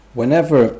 Whenever